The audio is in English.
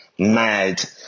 mad